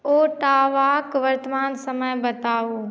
ओटावाके वर्तमान समय बताउ